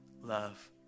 love